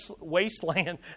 wasteland